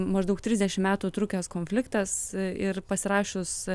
maždaug trisdešimt metų trukęs konfliktas ir pasirašius